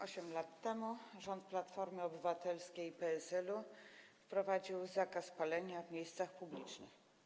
8 lat temu rząd Platformy Obywatelskiej i PSL-u wprowadził zakaz palenia w miejscach publicznych.